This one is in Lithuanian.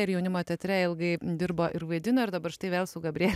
ir jaunimo teatre ilgai dirbo ir vaidino ir dabar štai vėl su gabriele